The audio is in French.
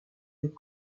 des